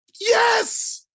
Yes